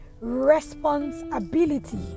responsibility